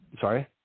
Sorry